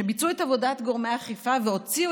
וביצעו את עבודת גורמי האכיפה והוציאו